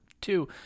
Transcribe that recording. two